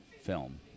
film